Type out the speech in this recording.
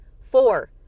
Four